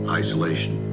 isolation